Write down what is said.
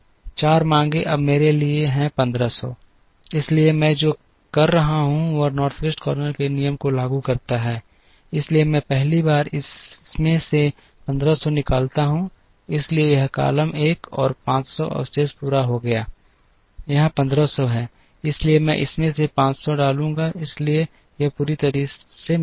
4 मांगें अब मेरे लिए 1500 हैं इसलिए मैं जो कर रहा हूं वह नॉर्थ वेस्ट कॉर्नर नियम को लागू करता हूं इसलिए मैं पहली बार इसमें से 1500 निकालता हूं इसलिए यह कॉलम एक और 500 अवशेष पूरा हो गया है यहां 1500 हैं इसलिए मैं इसमें से 500 डालूंगा इसलिए यह पूरी तरह से है मिला